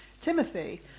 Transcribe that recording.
Timothy